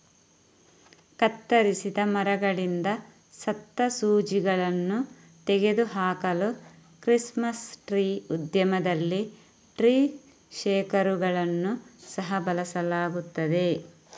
ಕತ್ತರಿಸಿದ ಮರಗಳಿಂದ ಸತ್ತ ಸೂಜಿಗಳನ್ನು ತೆಗೆದು ಹಾಕಲು ಕ್ರಿಸ್ಮಸ್ ಟ್ರೀ ಉದ್ಯಮದಲ್ಲಿ ಟ್ರೀ ಶೇಕರುಗಳನ್ನು ಸಹ ಬಳಸಲಾಗುತ್ತದೆ